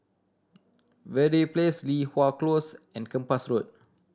Verde Place Li Hwan Close and Kempas Road